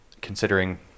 considering